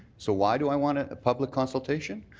so why do i want ah public consultation?